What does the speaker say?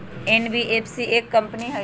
NBFC एक company हई?